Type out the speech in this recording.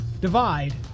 Divide